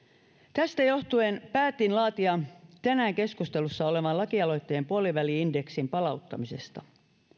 tästä johtuen päätin laatia tänään keskustelussa olevan lakialoitteen puoliväli indeksin palauttamisesta